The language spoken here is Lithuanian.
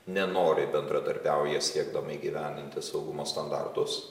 nenoriai bendradarbiauja siekdama įgyvendinti saugumo standartus